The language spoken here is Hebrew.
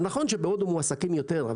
נכון שבהודו מועסקים יותר,